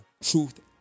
truth